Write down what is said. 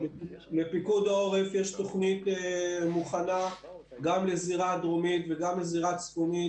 לפיקוד העורף יש תוכנית מוכנה גם לזירה הדרומית וגם לזירה הצפונית,